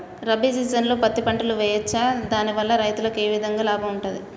రబీ సీజన్లో పత్తి పంటలు వేయచ్చా దాని వల్ల రైతులకు ఏ విధంగా లాభం ఉంటది?